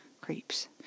creeps